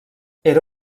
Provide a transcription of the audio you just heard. era